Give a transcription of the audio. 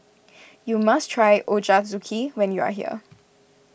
you must try Ochazuke when you are here